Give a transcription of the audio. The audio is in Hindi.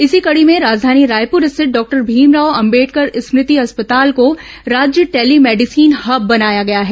इसी कड़ी में राजधानी रायपुर स्थित डॉक्टर भीमराव अंबेडकर स्मृति अस्पताल को राज्य टेली मेडिसीन हब बनाया गया है